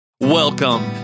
Welcome